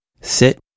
Sit